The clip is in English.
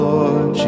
Lord